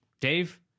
Dave